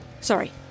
sorry